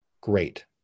Great